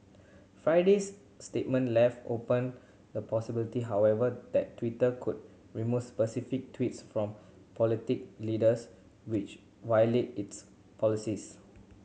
Friday's statement left open the possibility however that Twitter could remove specific tweets from political leaders which violate its policies